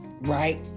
right